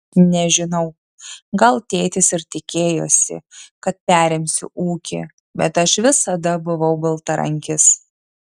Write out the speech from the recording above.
nežinau gal tėtis ir tikėjosi kad perimsiu ūkį bet aš visada buvau baltarankis